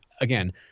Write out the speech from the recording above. again